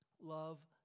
Love